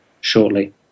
shortly